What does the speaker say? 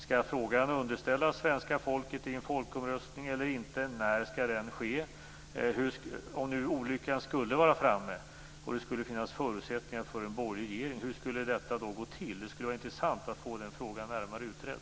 Skall frågan underställas svenska folket i en folkomröstning eller inte? När skall den i så fall ske? Om nu olyckan skulle vara framme och det skulle finnas förutsättningar för en borgerlig regeringen, hur skall då detta gå till? Det skulle vara intressant att få den frågan närmare utredd.